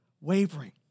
wavering